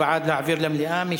הוא בעד להעביר למליאה,